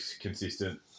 consistent